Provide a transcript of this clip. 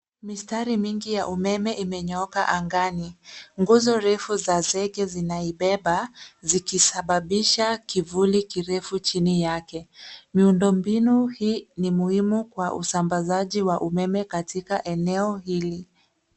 Mistari mingi ya umeme imenyooka angani. Nguzo refu za zege zinaibeba, zikisababisha kivuli kirefu chini yake. Miundo mbinu hii ni muhimu kwa usambazaji wa umeme katika eneo hili.